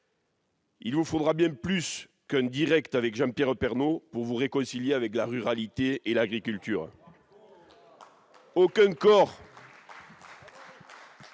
Il vous faudra bien plus qu'un direct avec Jean-Pierre Pernaut pour vous réconcilier avec la ruralité et l'agriculture ! Aucun corps